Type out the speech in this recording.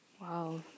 wow